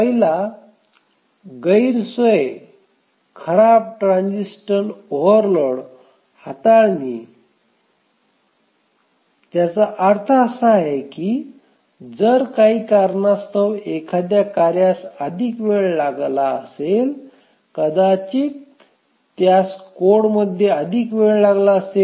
पहिला गैरसोय खराब ट्रान्झिएंट ओव्हरलोड हाताळणी ज्याचा अर्थ असा आहे की जर काही कारणास्तव एखाद्या कार्यास अधिक वेळ लागला असेल कदाचित त्यास कोडमध्ये अधिक वेळ लागला असेल